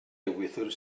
ewythr